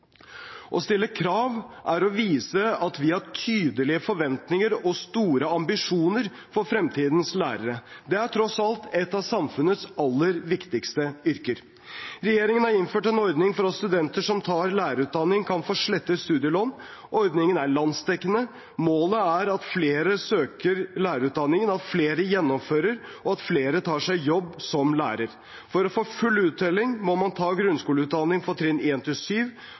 Å stille krav er å vise at vi har tydelige forventninger til og store ambisjoner for fremtidens lærere. Det er tross alt et av samfunnets aller viktigste yrker. Regjeringen har innført en ordning for at studenter som tar lærerutdanning, kan få slettet studielån. Ordningen er landsdekkende. Målet er at flere søker lærerutdanning, at flere gjennomfører, og at flere tar seg jobb som lærer. For å få full uttelling må man ta grunnskoleutdanningen for trinn